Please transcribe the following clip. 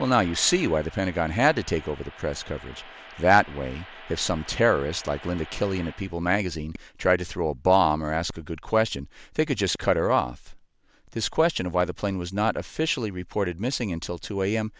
well now you see why the pentagon had to take over the press coverage that way if some terrorist like linda killian a people magazine tried to throw a bomb or ask a good question they could just cut her off this question of why the plane was not officially reported missing until two a